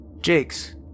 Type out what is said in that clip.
Jakes